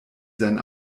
sein